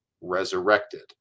resurrected